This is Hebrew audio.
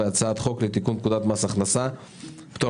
והצעת חוק לתיקון פקודת מס הכנסה (פטור